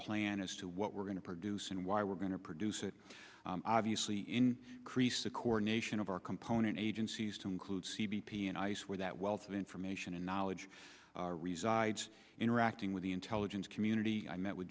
plan as to what we're going to produce and why we're going to produce it obviously in crease the coordination of our component agencies to include c b p and ice where that wealth of information and knowledge resides interacting with the intelligence community i met with